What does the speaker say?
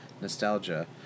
nostalgia